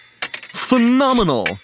Phenomenal